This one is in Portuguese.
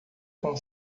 com